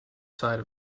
side